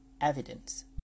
evidence